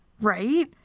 Right